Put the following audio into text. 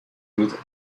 route